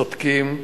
צודקים.